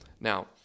Now